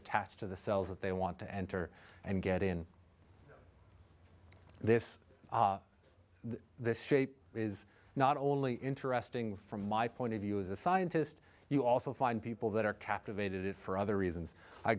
attach to the cells that they want to enter and get in this this shape is not only interesting from my point of view as a scientist you also find people that are captivated for other reasons i